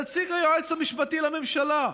אלא נציג היועץ המשפטי לממשלה,